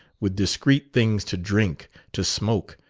with discreet things to drink, to smoke,